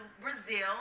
Brazil